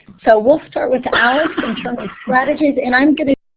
so we'll start with alex in terms of strategies, and i'm going to